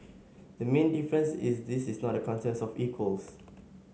the main difference is this is not a contest of equals